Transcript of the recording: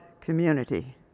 community